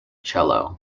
cello